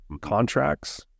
contracts